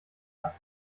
hat